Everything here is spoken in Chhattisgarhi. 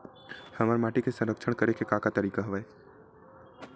हमर माटी के संरक्षण करेके का का तरीका हवय?